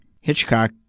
Hitchcock